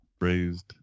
raised